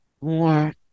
more